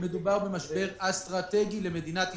במשבר אסטרטגי למדינת ישראל,